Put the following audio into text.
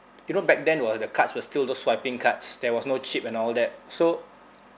you know back then were the cards were still those swiping cards there was no chip and all that so